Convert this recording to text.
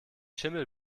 schimmel